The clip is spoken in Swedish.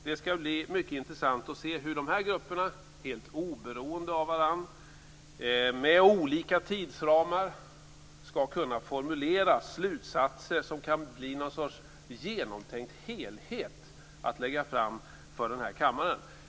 Det skall bli mycket intressant att se hur dessa grupper, helt oberoende av varandra, med olika tidsramar, skall kunna formulera slutsatser som kan bli någon sorts genomtänkt helhet att lägga fram för denna kammare.